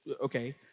okay